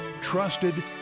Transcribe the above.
Trusted